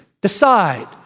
Decide